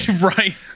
Right